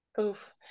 Oof